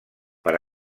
per